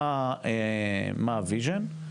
מה הויז'ן,